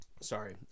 sorry